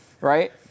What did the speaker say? right